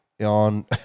on